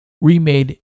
remade